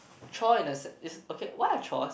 chore in the sense okay what are chores